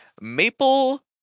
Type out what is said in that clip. Maple